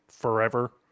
forever